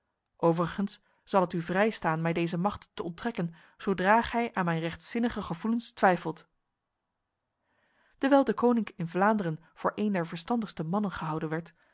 overigens zal het u vrij staan mij deze macht te onttrekken zodra gij aan mijn rechtzinnige gevoelens twijfelt dewijl deconinck in vlaanderen voor een der verstandigste mannen gehouden werd